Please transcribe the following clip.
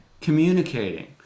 communicating